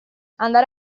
andare